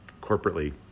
corporately